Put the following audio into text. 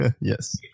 yes